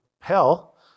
hell